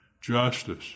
justice